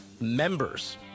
members